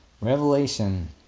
revelation